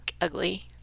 ugly